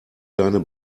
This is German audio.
deine